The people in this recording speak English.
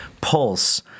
pulse